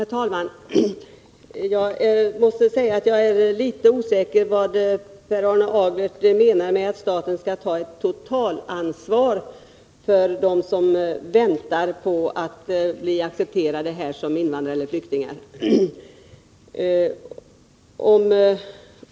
Herr talman! Jag måste säga att jag är litet osäker om vad Per Arne Aglert menar med att staten skall ta ett totalansvar för dem som väntar här på besked om de skall bli accepterade som invandrare eller flyktingar.